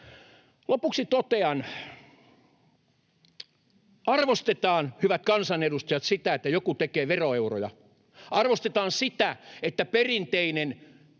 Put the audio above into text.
Lopuksi totean: Arvostetaan, hyvät kansanedustajat, sitä, että joku tekee veroeuroja. Arvostetaan sitä, että perinteinen,